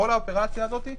כל האופרציה הזאת,